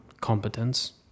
competence